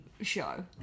show